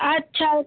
আচ্ছা